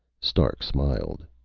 stark smiled.